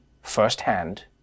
firsthand